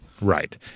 Right